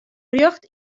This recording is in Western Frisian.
rjocht